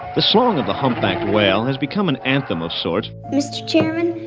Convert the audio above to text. the song of the humpback whale has become an anthem of sorts mr. chairman,